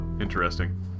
interesting